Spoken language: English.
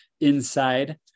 inside